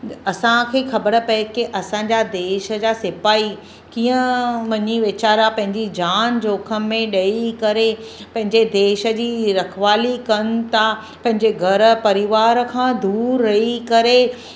असांखे ख़बर पए के असांजा देश जा सिपाही कीअं मनी वेचारा पंहिंजी जान जोख़िम में ॾेई करे पंहिंजे देश जी रखवाली कनि था पंहिंजे घर परिवार खां दूरि रही करे